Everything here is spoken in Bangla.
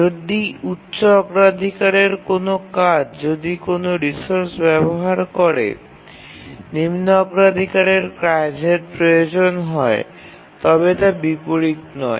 যদি উচ্চ অগ্রাধিকারের কোনও কাজ যদি কোনও রিসোর্স ব্যবহার করে এবং নিম্ন অগ্রাধিকারের কাজের প্রয়োজন হয় তবে তা বিপরীত নয়